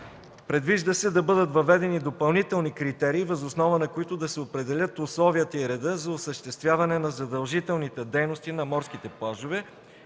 Предвижда се да бъдат въведени допълнителни критерии, въз основа на които да се определят условията и редът за осъществяване на задължителните дейности на морските плажове